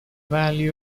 value